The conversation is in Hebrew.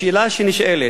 השאלה שנשאלת: